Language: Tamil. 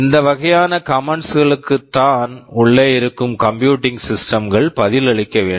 இந்த வகையான கமன்ட்ஸ் commands களுக்குத்தான் உள்ளே இருக்கும் கம்ப்யூட்டிங் சிஸ்டம்ஸ் computing systems கள் பதிலளிக்க வேண்டும்